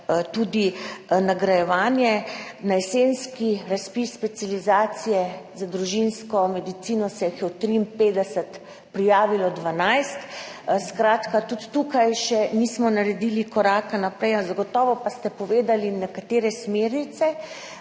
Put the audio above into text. tudi nagrajevanje. Na jesenski razpis specializacije za družinsko medicino se jih je od 53 prijavilo 12. Skratka, tudi tukaj še nismo naredili koraka naprej, zagotovo pa ste povedali nekaj smernic,